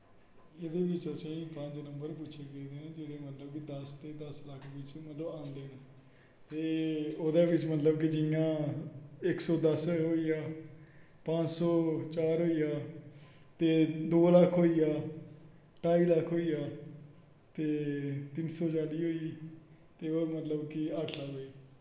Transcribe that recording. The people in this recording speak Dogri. एह्दै बिच्च असेंगी पंज नंबर पुच्छे गेदे न जेह्ड़े मतलब कि दस ते दस लक्ख बिच्च मतलब औंदे न ते ओह्दै बिच्च मतलब जि'यां इक सौ दस होई गेआ पंज सौ चार होई गेआ ते दो लक्ख होई गेआ ढाई लक्ख होई गेआ ते तिन्न सौ चाली होई ते अट्ठ लक्ख होई गेआ